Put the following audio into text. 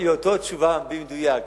היא אותה תשובה במדויק.